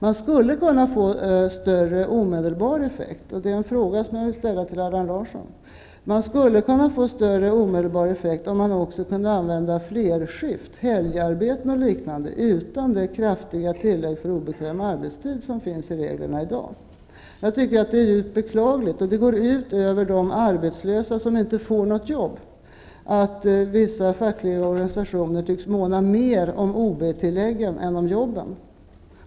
Man skulle kunna få större omedelbar effekt -- här skulle jag vilja ställa en fråga till Allan Larsson -- om man också kunde använda flerskift, helgarbete och liknande, utan det kraftiga tillägg för obekväm arbetstid som finns i reglerna i dag. Jag tycker att det är djupt beklagligt. Det går ut över de arbetslösa som inte får något jobb att vissa fackliga organisationer tycks måna mer om OB-tilläggen än om jobben.